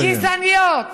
גזעניות,